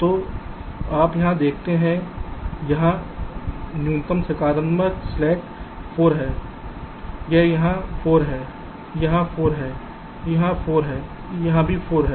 तो आप यहां देखते हैं वहां न्यूनतम सकारात्मक स्लैक 4 है यह यहां 4 है यहां 4 है यहां 4 है यहां 4 है